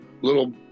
little